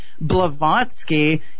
Blavatsky